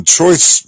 choice